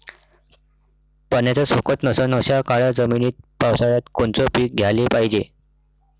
पाण्याचा सोकत नसन अशा काळ्या जमिनीत पावसाळ्यात कोनचं पीक घ्याले पायजे?